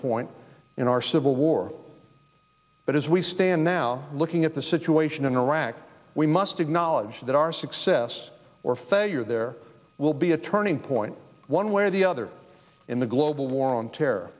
point in our civil war but as we stand now looking at the situation in iraq we must acknowledge that our success or failure there will be a turning point one way the other in the global war on terror